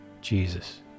Jesus